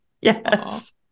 Yes